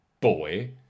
boy